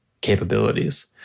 capabilities